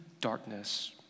darkness